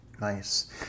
nice